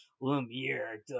Lumiere